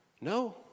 No